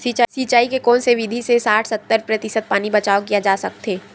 सिंचाई के कोन से विधि से साठ सत्तर प्रतिशत पानी बचाव किया जा सकत हे?